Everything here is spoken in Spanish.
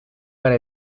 para